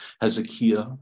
Hezekiah